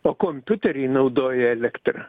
o kompiuteriai naudoja elektrą